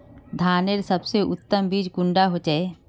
धानेर सबसे उत्तम बीज कुंडा होचए?